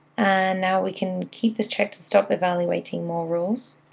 and now, we can keep this checked to stop evaluating more rules,